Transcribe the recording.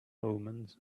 omens